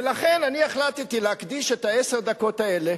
ולכן החלטתי להקדיש את עשר הדקות האלה